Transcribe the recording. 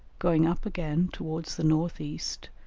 going up again towards the north-east,